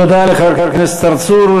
תודה לחבר הכנסת צרצור.